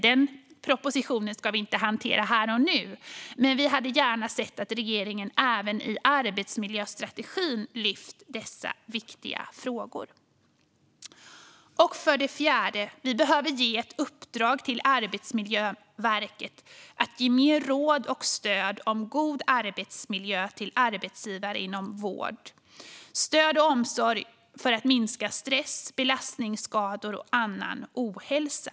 Den propositionen ska vi inte hantera här och nu, men vi hade gärna sett att regeringen även i arbetsmiljöstrategin lyft upp dessa viktiga frågor. För det fjärde behöver vi ge ett uppdrag till Arbetsmiljöverket att ge mer råd och stöd om god arbetsmiljö till arbetsgivare inom vården. Det gäller stöd och omsorg för att minska stress, belastningsskador och annan ohälsa.